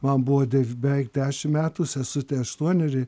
man buvo dev beveik dešim metų sesutei aštuoneri